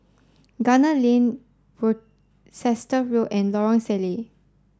Gunner Lane Worcester Road and Lorong Salleh